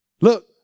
Look